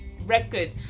record